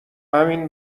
همین